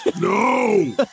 No